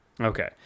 Okay